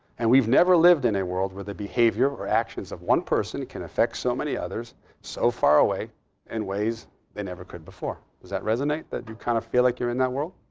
and we've never lived in a world where the behavior or actions of one person can affect so many others so far away in ways they never could before. does that resonate that you kind of feel like you're in that world?